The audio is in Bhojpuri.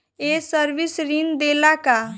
ये सर्विस ऋण देला का?